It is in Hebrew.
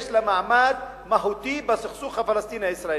יש לה מעמד מהותי בסכסוך הפלסטיני-הישראלי.